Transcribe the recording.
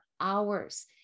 hours